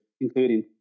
including